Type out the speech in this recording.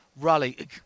Rally